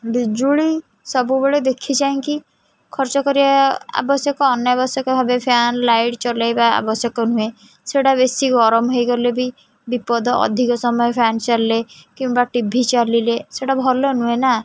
ବିଜୁଳି ସବୁବେଳେ ଦେଖିଚାହିଁକି ଖର୍ଚ୍ଚ କରିବା ଆବଶ୍ୟକ ଅନାବଶ୍ୟକ ଭାବେ ଫ୍ୟାନ୍ ଲାଇଟ୍ ଚଲେଇବା ଆବଶ୍ୟକ ନୁହେଁ ସେଇଟା ବେଶୀ ଗରମ ହେଇଗଲେ ବିପଦ ଅଧିକ ସମୟ ଫ୍ୟାନ୍ ଚାଲିଲେ କିମ୍ବା ଟି ଭି ଚାଲିଲେ ସେଟା ଭଲ ନୁହେଁ ନା